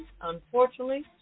unfortunately